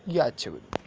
યાદ છે બધું